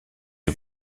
est